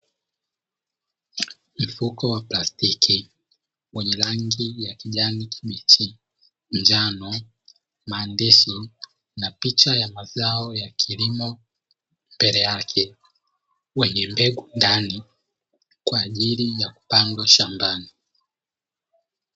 Mfuko wa plastiki wenye rangi ya kijani kibichi, njano, maandishi na picha ya mazao ya kilimo mbele yake, wenye mbegu ndani kwa ajili ya kupandwa shambani.